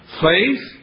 Faith